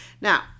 Now